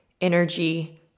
energy